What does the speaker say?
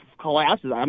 collapses